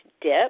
dip